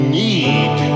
need